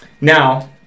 Now